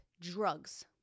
drugs